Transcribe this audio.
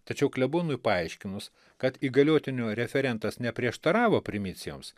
tačiau klebonui paaiškinus kad įgaliotinio referentas neprieštaravo primicijoms